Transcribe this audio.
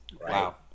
Wow